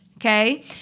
Okay